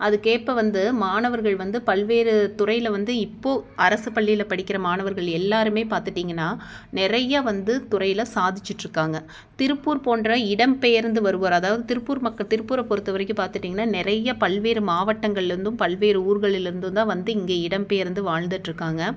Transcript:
அதுக்கேற்ப வந்து மாணவர்கள் வந்து பல்வேறு துறையில் வந்து இப்போது அரசுப் பள்ளியில் படிக்கிற மாணவர்கள் எல்லோருமே பார்த்துட்டிங்கனா நிறைய வந்து துறையில் சாதிச்சிட்டுருக்காங்க திருப்பூர் போன்ற இடம் பெயர்ந்து வருவோர் அதாவது திருப்பூர் மக்கள் திருப்பூரை பொறுத்த வரைக்கும் பார்த்திட்டிங்கனா நிறைய பல்வேறு மாவட்டங்களில் இருந்தும் பல்வேறு ஊர்களில் இருந்தும் தான் வந்து இங்கே இடம் பெயர்ந்து வாழ்ந்துட்டுருக்காங்க